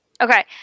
okay